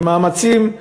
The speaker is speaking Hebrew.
ומאמצים,